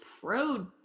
pro